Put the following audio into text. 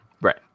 Right